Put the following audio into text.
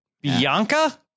Bianca